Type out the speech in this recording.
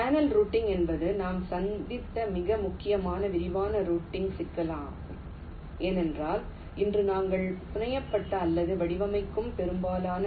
channel routing என்பது நாம் சந்தித்த மிக முக்கியமான விரிவான ரூட்டிங் சிக்கலாகும் ஏனென்றால் இன்று நாங்கள் புனையப்பட்ட அல்லது வடிவமைக்கும் பெரும்பாலான வி